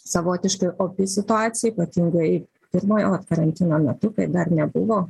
savotiškai opi situacija ypatingai pirmojo vat karantino metu kai dar nebuvo